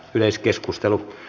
keskeytettiin